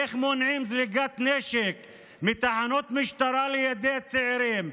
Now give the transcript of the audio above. איך מונעים זליגת נשק מתחנות משטרה לידי צעירים,